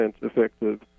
effective